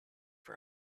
for